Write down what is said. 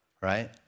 right